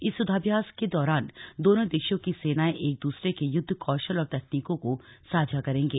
इस युद्वाभ्यास के दौरान दोनों देशों की सेनाएं एक दूसरे के युद्व कौशल और तकनीकों को साझा करेंगे